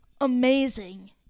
Amazing